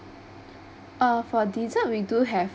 uh for dessert we do have